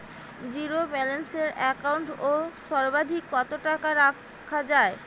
Zero balance account এ সর্বাধিক কত টাকা রাখা য়ায়?